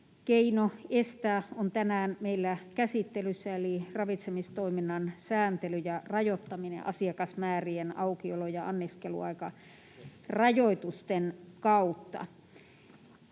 estämiseksi on tänään meillä käsittelyssä eli ravitsemistoiminnan sääntely ja rajoittaminen asiakasmäärien sekä aukiolo- ja anniskeluaikarajoitusten kautta.